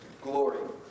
Glory